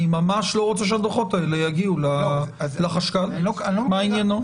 אני ממש לא רוצה שהדוחות האלה יגיעו לחשב הכללי כי מה זה עניינו?